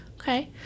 Okay